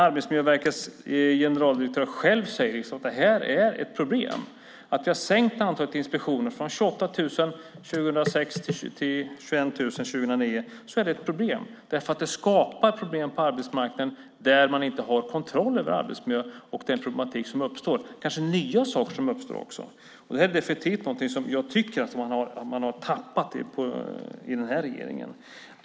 Arbetsmiljöverkets generaldirektör säger till och med själv att det är ett problem att vi har sänkt antalet inspektioner från 28 000 år 2006 till 21 000 år 2009. Det skapar problem på arbetsmarknaden där man inte har kontroll över arbetsmiljön och den problematik som uppstår. Det kanske uppstår nya saker också. Jag tycker definitivt att den här regeringen har tappat detta.